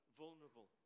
vulnerable